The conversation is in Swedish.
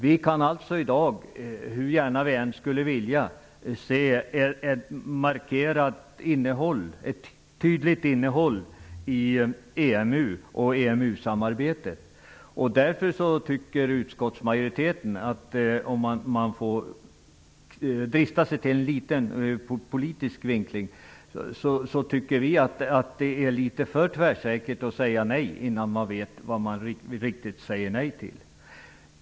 Vi kan i dag, hur gärna vi än skulle vilja det, knappast se ett tydligt innehåll i EMU och EMU-samarbetet. Därför tycker utskottsmajoriteten - jag dristar mig att göra den lilla politiska vinklingen - att det är litet för tvärsäkert att säga nej innan man riktigt vet vad man säger nej till.